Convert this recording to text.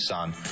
son